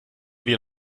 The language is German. wir